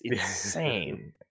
insane